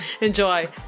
enjoy